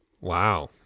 Wow